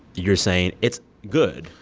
you're saying it's good?